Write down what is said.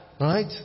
Right